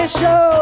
show